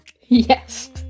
Yes